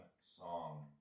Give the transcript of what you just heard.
song